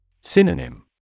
Synonym